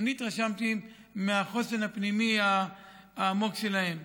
אני התרשמתי מהחוסן הפנימי העמוק שלהם.